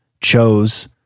chose